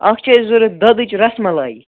اَکھ چھِ اَسہِ ضوٚرَتھ دۄدٕچ رَسمَلایی